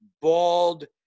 bald